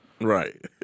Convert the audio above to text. Right